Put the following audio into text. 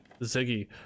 Ziggy